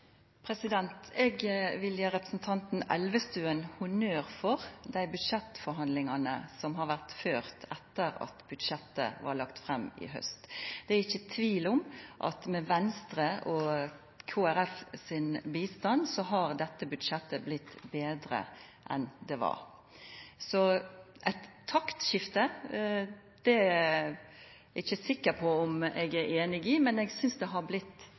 Eg vil gje representanten Elvestuen honnør for dei budsjettforhandlingane som har vore førte etter at budsjettet blei lagt fram i haust. Det er ikkje tvil om at med hjelp frå Venstre og Kristeleg Folkeparti har dette budsjettet blitt betre enn det var. Så eit taktskifte er eg ikkje sikker på om eg er einig i at det er, men eg synest det har blitt